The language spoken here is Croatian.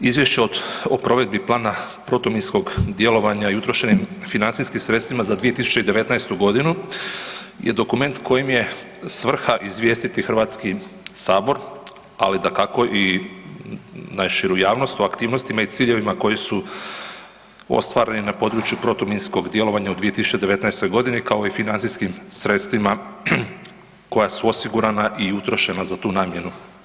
Izvješće o provedbi Plana protuminskog djelovanja i utrošenim financijskim sredstvima za 2019.g. je dokument kojim je svrha izvijestiti HS, ali dakako i najširu javnost o aktivnostima i ciljevima koji su ostvareni na području protuminskog djelovanja u 2019.g. kao i financijskim sredstvima koja su osigurana i utrošena za tu namjenu.